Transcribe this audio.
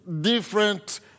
different